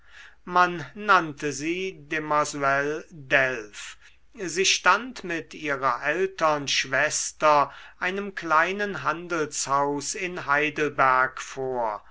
man nannte sie demoiselle delph sie stand mit ihrer ältern schwester einem kleinen handelshaus in heidelberg vor